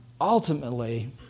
ultimately